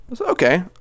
Okay